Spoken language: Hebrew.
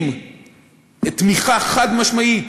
עם תמיכה חד-משמעית